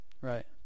Right